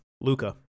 Luca